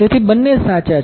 તેથી બંને સાચા છે